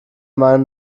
meinung